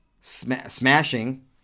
smashing